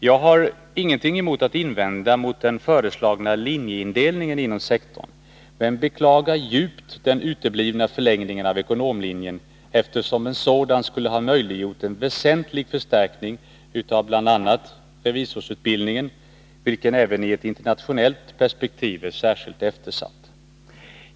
Jag har ingenting att invända mot den föreslagna linjeindelningen inom sektorn men beklagar djupt den uteblivna förlängningen av ekonomlinjen, eftersom en sådan skulle möjliggjort en väsentlig förstärkning av bl.a. revisorsutbildningen, vilken även i ett internationellt perspektiv är särskilt eftersatt.